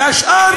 והשאר,